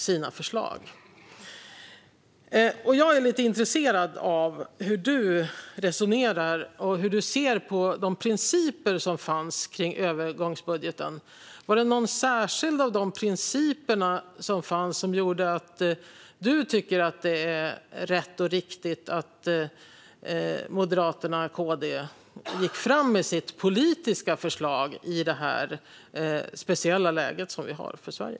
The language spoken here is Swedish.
Jag är lite intresserad av hur du resonerar och hur du ser på de principer som fanns för övergångsbudgeten. Var det någon särskild av de principer som fanns som gjorde att du tyckte att det var rätt och riktigt att Moderaterna och KD gick fram med sitt politiska förslag i detta speciella läge för Sverige?